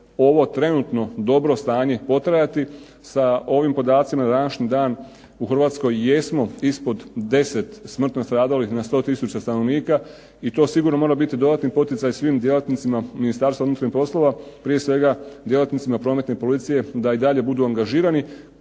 ovo trenutno dobro stanje potrajati. Sa ovim podacima na današnji dan u Hrvatskoj jesmo ispod 10 smrtno stradalih na 100 tisuća stanovnika. I to sigurno mora biti dodatni poticaj svim djelatnicima Ministarstva unutarnjih poslova, prije svega djelatnicima Prometne policije da i dalje budu angažirani